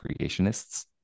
creationists